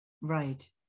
Right